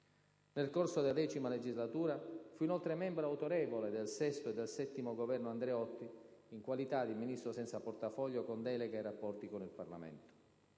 Nel corso della X legislatura fu inoltre membro autorevole del VI e del VII Governo Andreotti, in qualità di Ministro senza portafoglio con delega ai rapporti con il Parlamento.